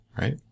right